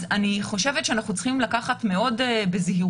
אז אני חושבת שאנחנו צריכים לקחת מאוד בזהירות